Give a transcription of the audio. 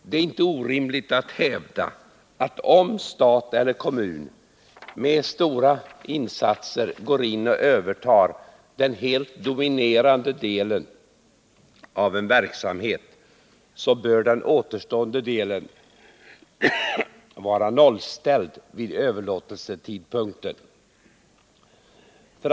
Det är inte orimligt att hävda att om stat eller kommun med stora ekonomiska insatser går in och övertar den helt dominerande delen av en verksamhet bör den återstående delen vara nollställd vid överlåtelsetidpunkten.